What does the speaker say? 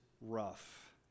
rough